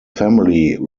family